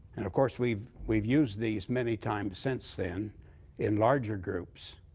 and of course, we've we've used these many times since then in larger groups.